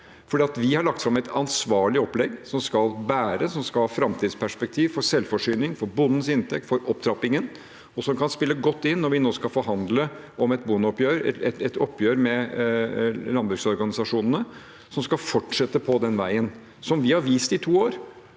Vi har lagt fram et ansvarlig opplegg som skal bære og ha framtidsperspektiver for selvforsyning, for bondens inntekt og for opptrappingen, og som kan spille godt inn når vi nå skal forhandle om et bondeoppgjør, et oppgjør med landbruksorganisasjonene. Vi skal fortsette på den veien der vi i to år